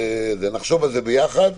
נחשוב על כך יחד.